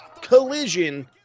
Collision